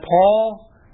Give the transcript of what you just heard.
Paul